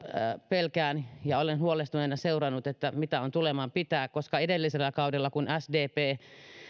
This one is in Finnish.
pelkään ja olen huolestuneena seurannut mitä tuleman pitää koska edellisellä kaudella kun sdp